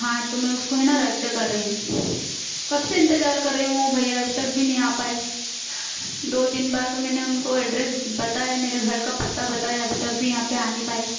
हाँ तो मैं उसको है ना रद्द कर कर रही हूँ कब से इंतजार कर रही हूँ वो भैया अभी तक भी नहीं आ पाए दो तीन बार तो मैंने उनको एड्रेस बताया मेरे घर का पता बताया अभी तक भी यहाँ पर आ नहीं पाए